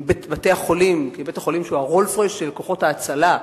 בית-החולים שהוא ה"רולס רויס" של כוחות ההצלה,